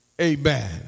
amen